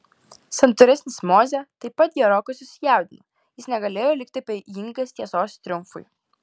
santūresnis mozė taip pat gerokai susijaudino jis negalėjo likti abejingas tiesos triumfui